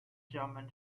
german